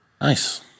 Nice